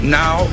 now